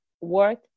worth